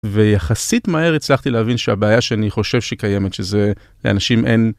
ויחסית מהר הצלחתי להבין שהבעיה שאני חושב שהיא קיימת שזה לאנשים אין.